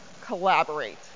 collaborate